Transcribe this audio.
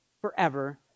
forever